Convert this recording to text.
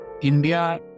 India